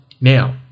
Now